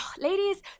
ladies